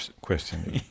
question